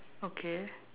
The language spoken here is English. okay